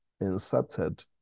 inserted